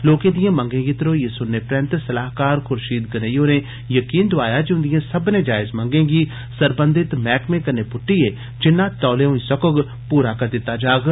लोकें दिएं मंगें गी घरोईए सुनने परैंत स्लाहकार खुर्शीद गनेई होरें यकीन दोआया जे उन्दिएं सब्मनें जायज मंगें गी सरबंधित मैह्कमें कन्ने गल्ल करिएं जिन्ना तौले होई सकोग पूरा करी दित्ता जाग